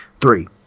three